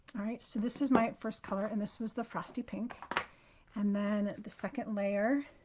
all right. so this is my first color and this was the frosty pink and then the second layer.